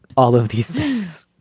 all of these things.